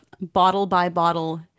bottle-by-bottle